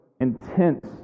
intense